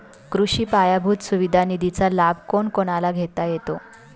कृषी पायाभूत सुविधा निधीचा लाभ कोणाकोणाला घेता येतो?